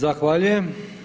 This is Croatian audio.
Zahvaljujem.